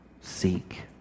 Seek